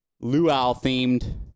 luau-themed